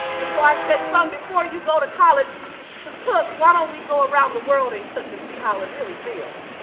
and so i said, son, before you go to college to cook, why don't we go around the world and cook and see how it really feels?